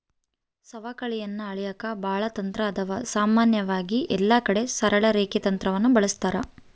ಸವಕಳಿಯನ್ನ ಅಳೆಕ ಬಾಳ ತಂತ್ರಾದವ, ಸಾಮಾನ್ಯವಾಗಿ ಎಲ್ಲಕಡಿಗೆ ಸರಳ ರೇಖೆ ತಂತ್ರವನ್ನ ಬಳಸ್ತಾರ